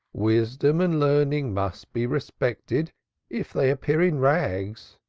wisdom and learning must be respected if they appear in rags.